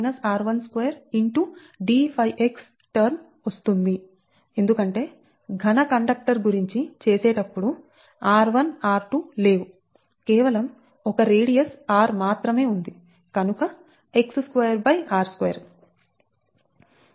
d𝜙x term వస్తుందిఎందుకంటే ఘన conductor గురించి చేసేటప్పుడు r1 r2 లేవు కేవలం ఒక రేడియస్ r మాత్రమే ఉంది కనుక x2r2